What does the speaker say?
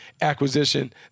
acquisition